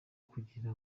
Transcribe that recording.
kugira